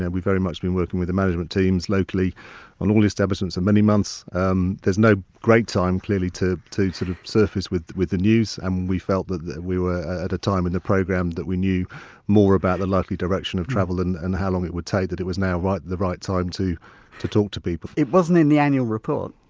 and we've very much been working with the management teams locally on all the establishments for and many months. um there's no great time clearly, to to sort of surface with with the news and we felt that that we were at a time in the programme that we knew more about the likely direction of travel and and how long it would take, that it was now the right time to to talk to people it wasn't in the annual report